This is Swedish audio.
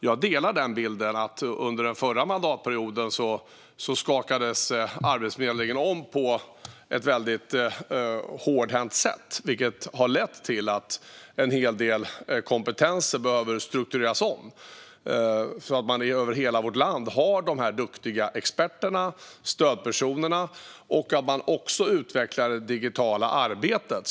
Jag delar bilden att Arbetsförmedlingen under den förra mandatperioden skakades om på ett hårdhänt sätt, vilket har lett till att en hel del kompetenser behöver struktureras om så att det finns duktiga experter och stödpersoner över hela vårt land. Man måste också utveckla det digitala arbetet.